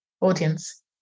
audience